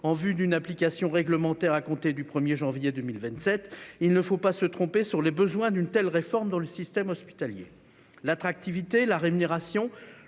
en vue d'une application réglementaire à compter du 1 janvier 2027, il ne faut pas se tromper sur la nécessité d'une réforme dans le système hospitalier. L'attractivité, la rémunération,